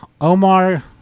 Omar